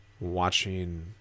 watching